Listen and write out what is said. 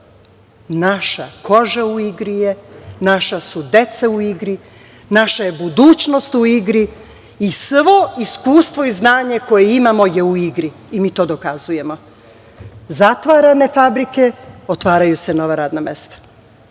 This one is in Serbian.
naša koža u igri je, naša su deca u igri, naša je budućnost u igri i svo iskustvo i znanje koje imamo je u igri i mi to dokazujemo. Zatvarane fabrike, otvaraju se nova radna mesta.